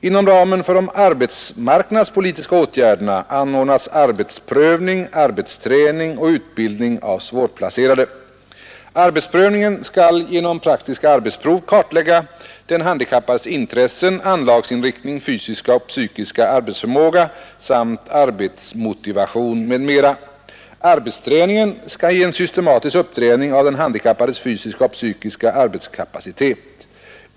Inom ramen för de arbetsmarknadspolitiska åtgärderna anordnas arbetsprövning, arbetsträning och utbildning av svårplacerade. Arbetsprövningen skall genom praktiska arbetsprov kartlägga den handikappades intressen, anlagsinriktning, fysiska och psykiska arbetsförmåga samt arbetsmotivation m.m. Arbetsträningen skall ge en systematisk uppträning av den handikappades fysiska och psykiska arbetskapacitet.